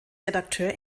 redakteur